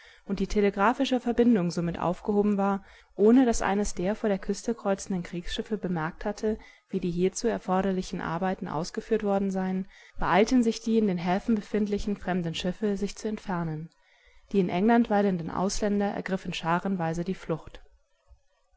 und die telegraphische verbindung somit aufgehoben war ohne daß eines der vor der küste kreuzenden kriegsschiffe bemerkt hatte wie die hierzu erforderlichen arbeiten ausgeführt worden seien beeilten sich die in den häfen befindlichen fremden schiffe sich zu entfernen die in england weilenden ausländer ergriffen scharenweise die flucht